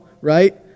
right